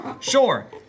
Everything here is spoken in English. Sure